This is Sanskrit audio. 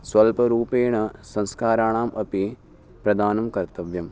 स्वल्परूपेण संस्काराणाम् अपि प्रदानं कर्तव्यं